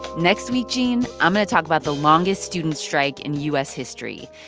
next week, gene, i'm going to talk about the longest student strike in u s. history.